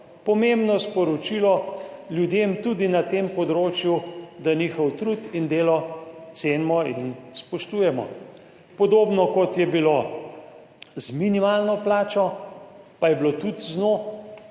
Pomembno sporočilo ljudem tudi na tem področju, da njihov trud in delo cenimo in spoštujemo. Podobno kot je bilo z minimalno plačo, pa je bilo tudi z